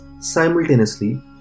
simultaneously